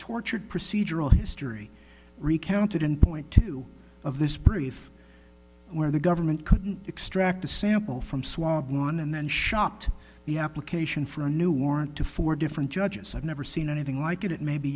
tortured procedural history recounted in point of this brief where the government couldn't extract a sample from swamp lawn and then shot the application for a new warrant to four different judges i've never seen anything like it it may be